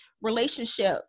relationship